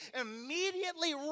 immediately